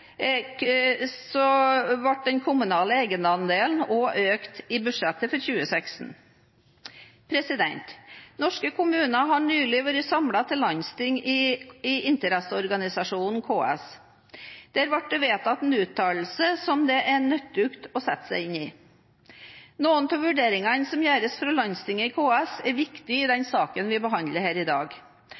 ble den kommunale egenandelen økt i budsjettet for 2016. Norske kommuner har nylig vært samlet til landsting i interesseorganisasjonen KS. Der ble det vedtatt en uttalelse som det er nyttig å sette seg inn i. Noen av vurderingene som gjøres fra landstinget i KS, er viktige i den saken vi behandler her i dag.